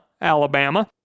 Alabama